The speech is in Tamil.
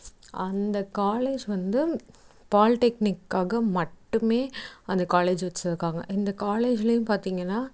அந்த காலேஜ் வந்து பால்டெக்னிக்காக மட்டுமே அந்த காலேஜ் வச்சுருக்காங்க இந்த காலேஜ்லையும் பார்த்தீங்கன்னா